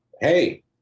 hey